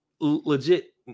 legit